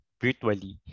virtually